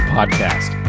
Podcast